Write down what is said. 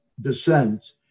descent